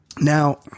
Now